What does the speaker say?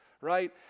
right